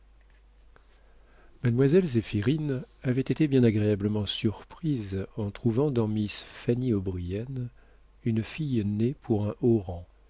mademoiselle zéphirine avait été bien agréablement surprise en trouvant dans miss fanny o'brien une fille née pour un